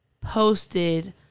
posted